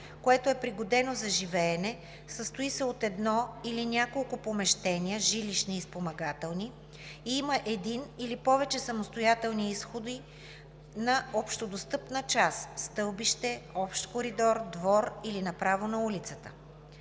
което е пригодено за живеене, състои се от едно или няколко помещения (жилищни и спомагателни) и има един или повече самостоятелни изхода на общодостъпна част (стълбище, общ коридор, двор или направо на улицата).